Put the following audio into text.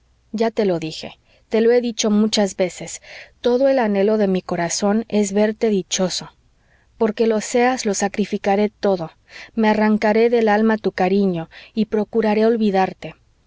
ya te lo dije te lo he dicho muchas veces todo el anhelo de mi corazón es verte dichoso porque lo seas lo sacrificaré todo me arrancaré del alma tu cariño y procuraré olvidarte